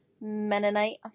Mennonite